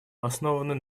основанный